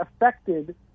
affected